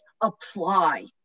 apply